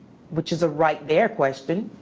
which is a right there question.